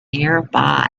nearby